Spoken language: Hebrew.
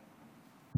אדוני.